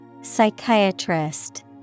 Psychiatrist